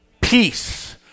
peace